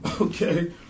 okay